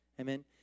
Amen